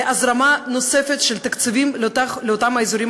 להזרמה נוספת של תקציבים לאותם האזורים